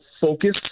focus